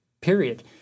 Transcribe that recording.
period